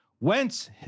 Wentz